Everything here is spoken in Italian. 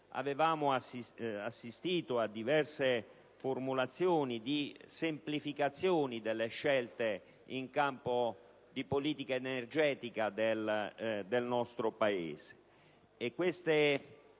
avevamo assistito a diverse formulazioni di semplificazione delle scelte in campo di politica energetica del nostro Paese.